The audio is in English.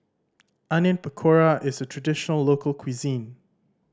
Onion Pakora is a traditional local cuisine